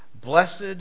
Blessed